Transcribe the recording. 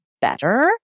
better